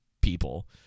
people